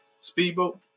Speedboat